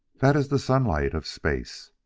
that is the sunlight of space!